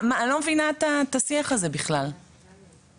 מה, אני לא מבינה את השיח הזה בכלל, סליחה.